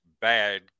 bad